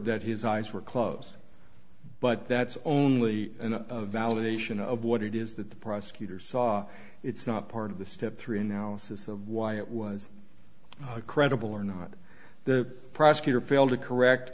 that his eyes were closed but that's only an validation of what it is that the prosecutor saw it's not part of the step three analysis of why it was credible or not the prosecutor failed